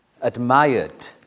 admired